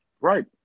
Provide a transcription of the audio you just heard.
Right